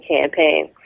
campaign